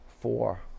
four